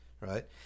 right